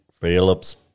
Phillips